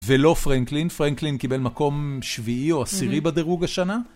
ולא פרנקלין, פרנקלין קיבל מקום שביעי או עשירי בדירוג השנה.